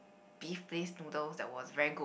beef place noodles that was very good